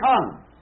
come